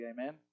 Amen